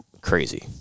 crazy